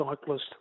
cyclist